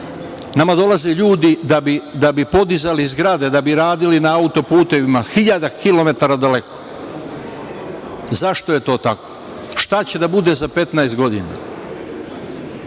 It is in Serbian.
nama dolaze ljudi da bi podizali zgrade, da bi radili na auto-putevima, hiljade kilometara daleko. Zašto je to tako? Šta će da bude za 15 godina? Neko